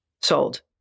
Sold